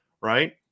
Right